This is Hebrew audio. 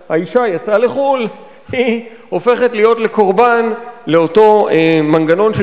שברגע שהאשה יצאה לחו"ל היא הופכת להיות קורבן לאותו מנגנון של